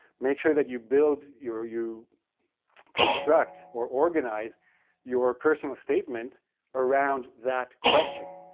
make sure that you build your you construct or organize your personal statement around that question.